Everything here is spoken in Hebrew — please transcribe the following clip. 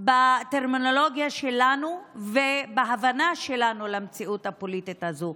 דיון בטרמינולוגיה שלנו ובהבנה שלנו את המציאות הפוליטית הזאת.